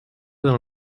dans